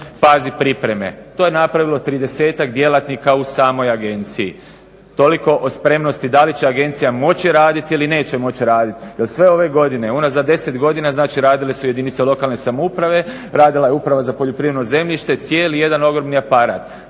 fazi pripreme. To je napravilo 30-tak djelatnika u samoj agenciji. Toliko o spremnosti da li će Agencija moći raditi ili neće moći raditi. Jer sve ove godine unazad 10 godina, znači radile su jedinice lokalne samouprave, radila je Uprava za poljoprivredno zemljište, cijeli jedan ogromni aparat.